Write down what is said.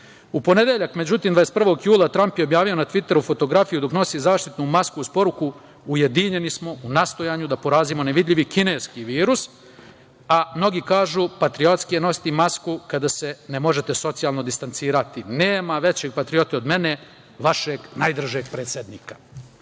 ponedeljak, međutim, 21. jula, Tramp je objavio na Tviteru fotografiju dok nosi zaštitnu masku, uz poruku: „Ujedinjeni smo u nastojanju da porazimo nevidljivi kineski virus. Mnogi kažu patriotski je nositi masku kada se ne možete socijalno distancirati. Nema većeg patriota od mene, vašeg najdražeg predsednika.“